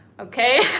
Okay